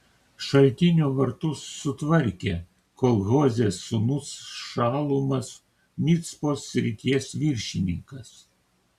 šaltinio vartus sutvarkė kol hozės sūnus šalumas micpos srities viršininkas